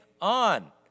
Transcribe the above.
on